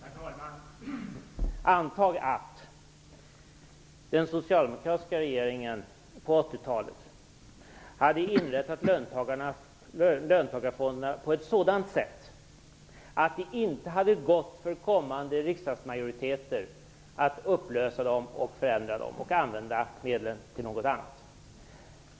Herr talman! Antag att den socialdemokratiska regeringen på 80-talet hade inrättat löntagarfonderna på ett sådant sätt att det inte hade gått för kommande riksdagsmajoriteter att upplösa och förändra dem och att använda medlen till något annat.